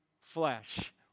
flesh